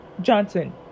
Johnson